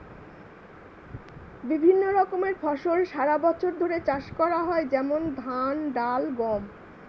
বিভিন্ন রকমের ফসল সারা বছর ধরে চাষ করা হয়, যেমন ধান, ডাল, গম